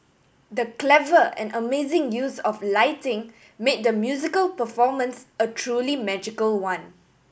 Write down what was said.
the clever and amazing use of lighting made the musical performance a truly magical one